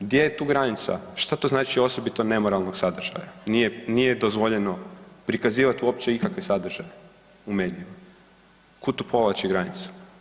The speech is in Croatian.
Gdje je tu granica, šta to znači osobito nemoralnog sadržaja, nije, nije dozvoljeno prikazivati uopće ikakve sadržaja u mediju, kud tu povlači granicu.